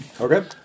Okay